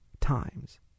times